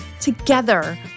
Together